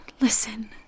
listen